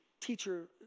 Teacher